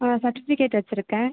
ஆ certificate வச்சுருக்கேன்